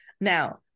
now